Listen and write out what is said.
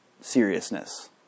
seriousness